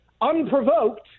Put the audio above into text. unprovoked